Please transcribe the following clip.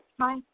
Hi